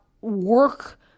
work